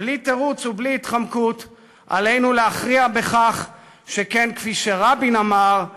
5 יצחק הרצוג (המחנה הציוני): 8 שר החינוך נפתלי